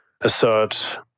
assert